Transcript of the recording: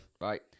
right